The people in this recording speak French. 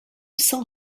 sent